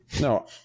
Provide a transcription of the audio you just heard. No